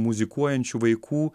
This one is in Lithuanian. muzikuojančių vaikų